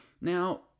Now